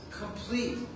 complete